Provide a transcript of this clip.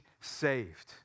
saved